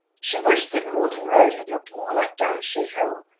she wished that malden road had looked more like downshire hill,